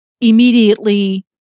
immediately